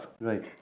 Right